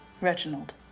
Reginald